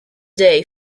day